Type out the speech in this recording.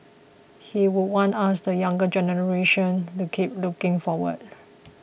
he would want us the younger generation to keep looking forward